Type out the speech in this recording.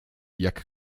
jak